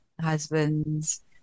husbands